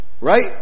Right